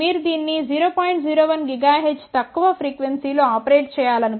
01 GHz తక్కువ frequency లో operate చేయాలనుకుంటే